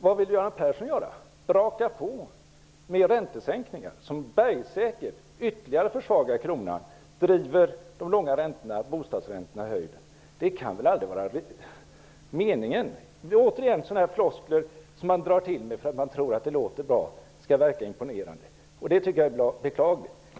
Vad vill Göran Persson göra -- braka på fler räntesänkningar som bergsäkert ytterligare försvagar kronan och driver de långa räntorna, bostadsräntorna i höjden? Det kan väl aldrig vara meningen? Det är återigen floskler som man drar till med därför att man tror att det låter bra och verkar imponerande. Det tycker jag är beklagligt.